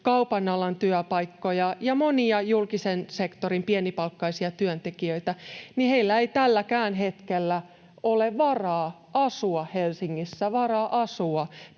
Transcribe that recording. kaupan alan työpaikkojen ja monia julkisen sektorin pienipalkkaisia työntekijöitä, niin heillä ei tälläkään hetkellä ole varaa asua Helsingissä,